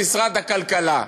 במשרד הכלכלה.